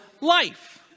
life